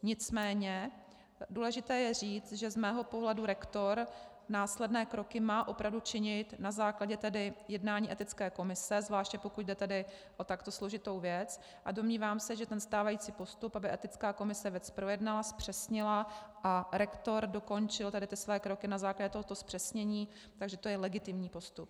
Nicméně důležité je říct, že z mého pohledu rektor následné kroky má opravdu činit na základě jednání etické komise, zvláště pokud jde tedy o takto složitou věc, a domnívám se, že stávající postup, aby etická komise věc projednala, zpřesnila a rektor dokončil své kroky na základě tohoto zpřesnění, že to je legitimní postup.